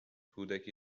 کودکی